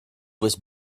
was